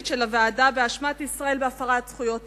של הוועדה באשמת ישראל בהפרת זכויות אדם,